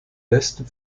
westen